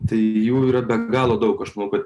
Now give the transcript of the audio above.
tai jų yra be galo daug aš manau kad